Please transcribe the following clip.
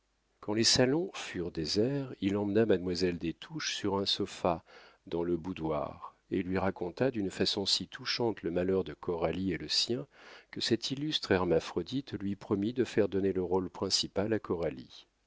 quand les salons furent déserts il emmena mademoiselle des touches sur un sofa dans le boudoir et lui raconta d'une façon si touchante le malheur de coralie et le sien que cette illustre hermaphrodite lui promit de faire donner le rôle principal à